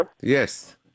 Yes